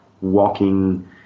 walking